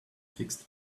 fixed